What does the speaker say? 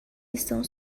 estão